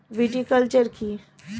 Viticulture কী?